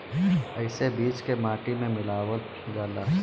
एसे बीज के माटी में मिलावल जाला